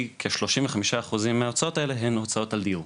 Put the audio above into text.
משום שכ-35% מן ההוצאות האלה הן הוצאות על דיור.